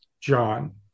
John